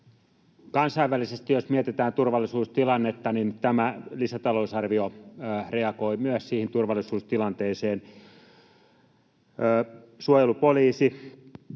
päätöksiä tehdä. Jos mietitään turvallisuustilannetta kansainvälisesti, niin tämä lisätalousarvio reagoi myös turvallisuustilanteeseen. Suojelupoliisi